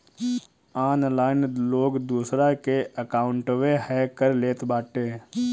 online लोग दूसरा के अकाउंटवे हैक कर लेत बाटे